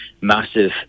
massive